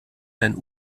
dein